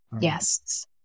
Yes